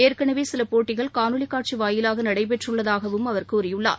ஏற்கனவே சில போட்டிகள் காணொாலி காட்சி வாயிலாக நடைபெற்றுள்ளதாகவும் அவர் கூறியுள்ளார்